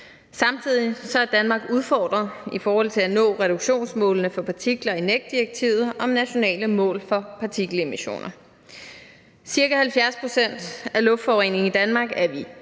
Samtidig er Danmark udfordret i forhold til at nå reduktionsmålene for partikler i NEC-direktivet om nationale mål for partikelemissioner. Ca. 70 pct. af luftforureningen i Danmark er vi